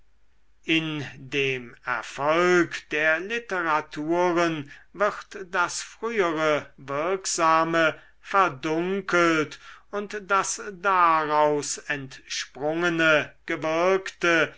in dem erfolg der literaturen wird das frühere wirksame verdunkelt und das daraus entsprungene gewirkte